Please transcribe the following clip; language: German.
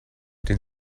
den